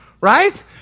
Right